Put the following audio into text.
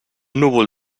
núvol